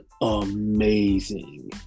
amazing